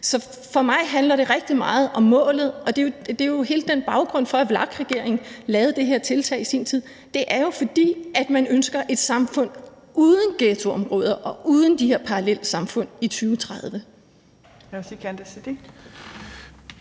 Så for mig handler det rigtig meget om målet, og hele baggrunden for, at VLAK-regeringen lavede det her tiltag i sin tid, er jo, at man ønsker et samfund uden ghettoområder og uden de her parallelsamfund i 2030.